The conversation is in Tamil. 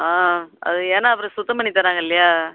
ஆ அது ஏன்னா அப்புறம் சுத்தம் பண்ணி தர்றாங்க இல்லையா